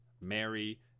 Mary